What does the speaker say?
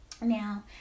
now